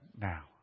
now